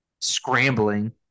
scrambling